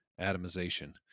atomization